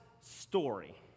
story